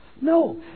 No